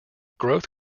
growth